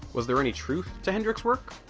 was there any truth to hendrik's work?